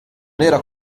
era